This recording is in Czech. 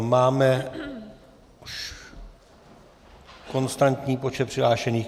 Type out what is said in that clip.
Máme už konstantní počet přihlášených.